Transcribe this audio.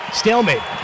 stalemate